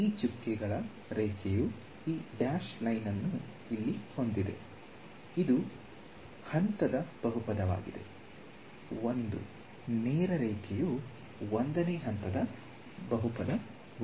ಈ ಚುಕ್ಕೆಗಳ ರೇಖೆಯು ಈ ಡ್ಯಾಶ್ ಲೈನ್ ಅನ್ನು ಇಲ್ಲಿ ಹೊಂದಿದೆ ಇದು ಹಂತದ ಬಹುಪದವಾಗಿದೆ 1 ನೇರ ರೇಖೆಯು 1ನೇ ಹಂತದ ಬಹುಪದವಾಗಿದೆ